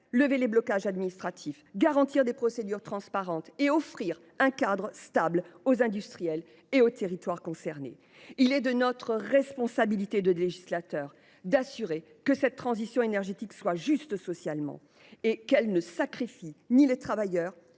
lever les blocages administratifs, garantir des procédures transparentes et offrir un cadre stable aux industriels et aux territoires concernés. Il est de notre responsabilité, en tant que législateurs, de faire en sorte que cette transition énergétique soit juste socialement et ne sacrifie ni les travailleurs